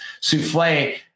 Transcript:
souffle